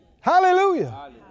Hallelujah